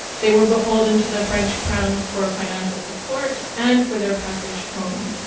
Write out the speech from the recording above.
they were beholden to the french crown for financial support and for their passage home.